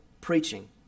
preaching